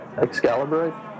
Excalibur